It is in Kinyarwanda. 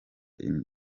intare